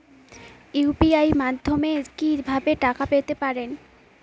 UPI মাধ্যমে কি ভাবে টাকা পেতে পারেন?